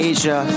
Asia